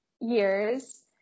years